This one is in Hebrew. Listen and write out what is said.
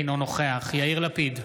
אינו נוכח יאיר לפיד,